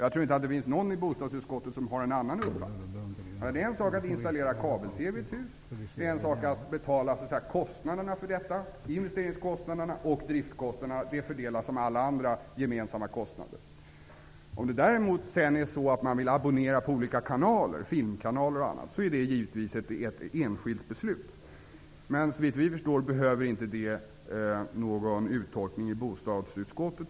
Jag tror inte att det finns någon i bostadsutskottet som har någon annan uppfattning. Det är en sak att installera kabel-TV i ett hus och att betala investeringskosnaderna och driftskostnaderna för detta, vilka fördelas som alla andra gemensamma kostnader. Däremot är det en annan sak om man vill abonnera på olika kanaler, filmkanaler och annat. Det är givetvis ett enskilt beslut. Såvitt vi förstår behöver inte den frågan uttolkas i bostadsutskottet.